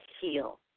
heal